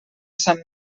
sant